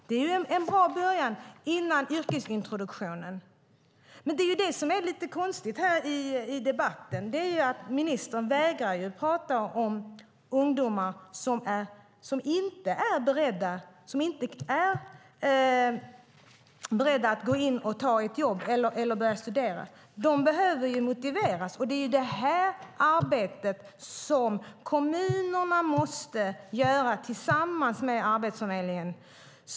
Det är en bra början före yrkesintroduktionen. Det som är lite konstigt i debatten är att ministern vägrar prata om ungdomar som inte är beredda att gå in och ta ett jobb eller börja studera. De behöver ju motiveras. Det är det arbetet som kommunerna måste göra tillsammans med Arbetsförmedlingen.